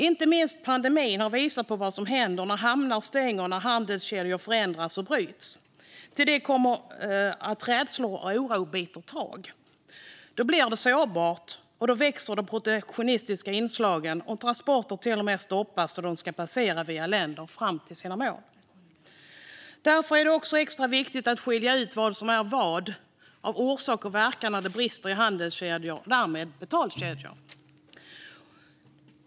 Inte minst pandemin har visat på vad som händer när hamnar stänger och när handelskedjor förändras och bryts. Till det kommer att rädslor och oro biter tag. Då blir det sårbart, de protektionistiska inslagen växer i omfattning och transporter stoppas då de ska passera via länder fram till målet. Därför är det också extra viktigt att skilja ut vad som är vad av orsak och verkan när det brister i handelskedjor och därmed betalkedjor.